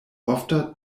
ofta